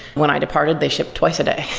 when i departed, they shipped twice a day.